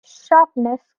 sharpness